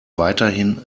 weiterhin